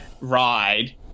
ride